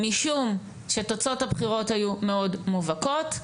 משום שתוצאות הבחירות היו מאוד מובהקות,